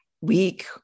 week